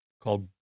called